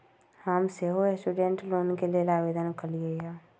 हम सेहो student loan के लेल आवेदन कलियइ ह